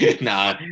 nah